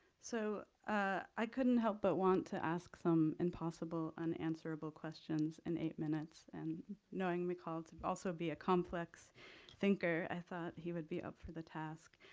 so i couldn't help but want to ask some impossible, unanswerable questions in eight minutes and knowing michal to also be a complex thinker, i thought he would be up for the task.